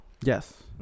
Yes